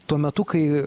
tuo metu kai